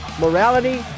morality